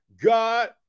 God